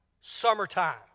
Summertime